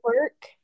work